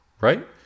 Right